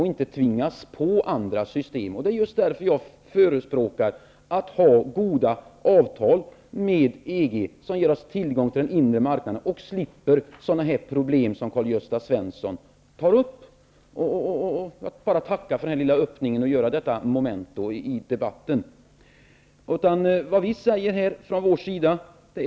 Man skall inte bli påtvingad andra system. Det är just därför som jag förespråkar att vi skall ha goda avtal med EG, som ger oss tillgång till den inre marknaden. Då skulle vi slippa dessa problem som Karl-Gösta Svenson tar upp. Jag tackar för den här lilla öppningen som gav mig tillfälle att ta upp detta moment i debatten.